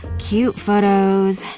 cute photos.